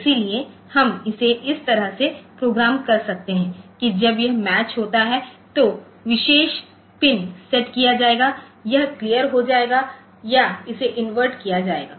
इसलिए हम इसे इस तरह से प्रोग्राम कर सकते हैं कि जब यह मैच होता है तो विशेष पिन सेट किया जाएगा यह क्लियरहो जाएगा या इसे इन्वर्ट किया जाएगा